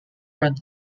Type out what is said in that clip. run